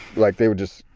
like, they were just,